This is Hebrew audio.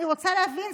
אני רוצה להבין,